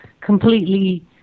completely